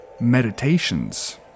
meditations